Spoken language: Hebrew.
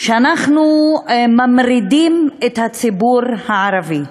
שאנחנו ממרידים את הציבור הערבי.